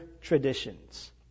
traditions